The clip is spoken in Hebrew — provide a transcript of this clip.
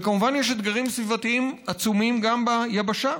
וכמובן, יש אתגרים סביבתיים עצומים גם ביבשה,